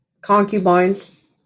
concubines